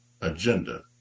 agenda